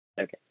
Okay